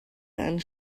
and